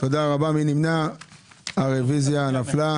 הצבעה הרוויזיה נדחתה הרוויזיה נפלה.